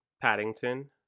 Paddington